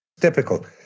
Typical